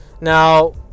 now